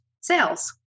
sales